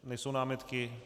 Nejsou námitky.